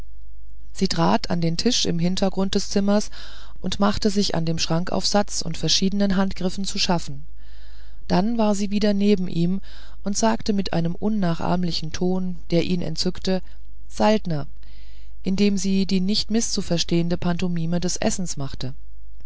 sie trat an den tisch im hintergrund des zimmers und machte sich an dem schrankaufsatz und verschiedenen handgriffen zu schaffen dann war sie wieder neben ihm und sagte mit einem unnachahmlichen ton der ihn entzückte saltner indem sie die nicht mißzuverstehenden pantomimen des essens machte